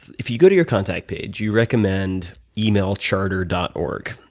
if you go to your contact page, you recommend emailcharter dot org.